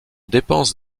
dépense